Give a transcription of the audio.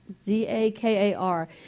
Z-A-K-A-R